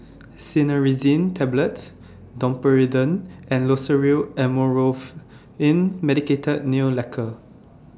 Cinnarizine Tablets Domperidone and Loceryl Amorolfine Medicated Nail Lacquer